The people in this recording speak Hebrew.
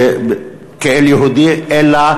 יוגב כאל יהודי אלא,